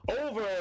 over